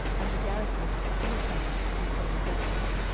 and the garrison of the philistines was then in bethlehem.